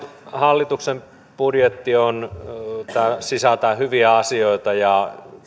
hallituksen budjetti sisältää hyviä asioita ja